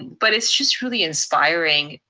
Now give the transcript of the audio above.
but it's just really inspiring.